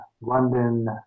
London